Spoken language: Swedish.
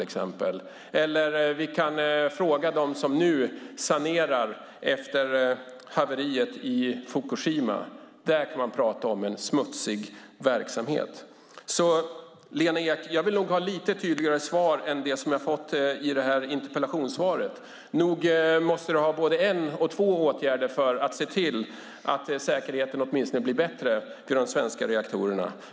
Eller vi kan fråga dem som nu sanerar efter haveriet i Fukushima - där kan man prata om en smutsig verksamhet. Jag vill nog ha lite tydligare svar, Lena Ek, än det jag har fått i interpellationssvaret. Nog måste du ha både en och två åtgärder för att se till att säkerheten åtminstone blir bättre i de svenska reaktorerna.